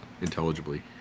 intelligibly